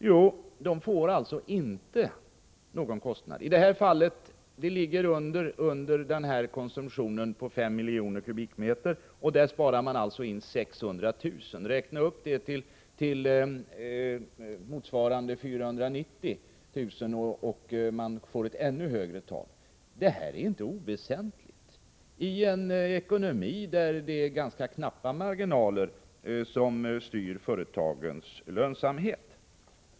Jo, de får inte någon kostnad i det här fallet, eftersom förbrukningen ligger under 5 miljoner m?. Där sparar de alltså in 600 000 kr. Räkna upp jämförelsen till motsvarande 490 000 kubikmeter olja och man får ett ännu högre tal. Det här är inte oväsentligt i en ekonomi där det är ganska knappa marginaler som styr företagens lönsamhet.